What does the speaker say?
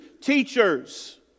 teachers